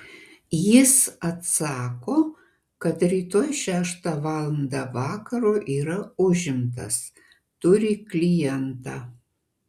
jis atsako kad rytoj šeštą valandą vakaro yra užimtas turi klientą